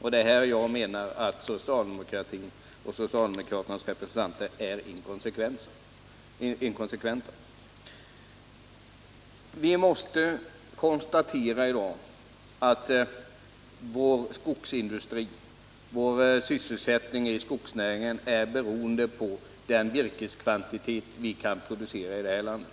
Och det är här jag menar att socialdemokratin och socialdemokraternas representanter är inkonsekventa. Vi måste i dag konstatera att vår skogsindustri, vår sysselsättning i skogsnäringen är beroende av den virkeskvantitet vi kan producera i det här landet.